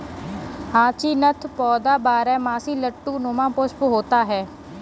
hyacinth पौधा बारहमासी लट्टू नुमा पुष्प होता है